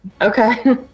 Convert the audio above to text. Okay